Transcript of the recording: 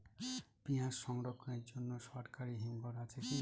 পিয়াজ সংরক্ষণের জন্য সরকারি হিমঘর আছে কি?